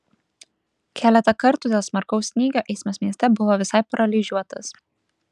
keletą kartų dėl smarkaus snygio eismas mieste buvo visai paralyžiuotas